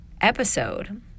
episode